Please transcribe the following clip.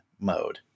mode